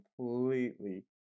completely